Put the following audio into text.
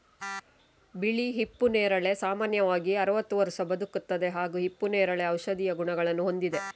ಬಿಳಿ ಹಿಪ್ಪು ನೇರಳೆ ಸಾಮಾನ್ಯವಾಗಿ ಅರವತ್ತು ವರ್ಷ ಬದುಕುತ್ತದೆ ಹಾಗೂ ಹಿಪ್ಪುನೇರಳೆ ಔಷಧೀಯ ಗುಣಗಳನ್ನು ಹೊಂದಿದೆ